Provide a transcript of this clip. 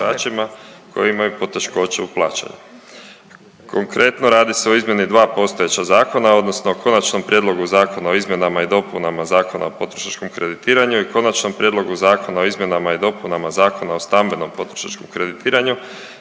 koji imaju poteškoća u plaćanju. Konkretno, radi se o izmjeni dva postojeća zakona odnosno Konačnom prijedlogu Zakona o izmjenama i dopunama Zakona o potrošačkom kreditiranju i Konačnom prijedlogu Zakona o izmjenama i dopunama Zakona o stambenom potrošačkom kreditiranju